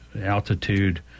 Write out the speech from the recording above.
altitude